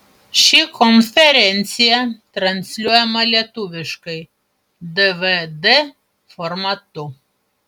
ši konferencija transliuojama lietuviškai dvd formatu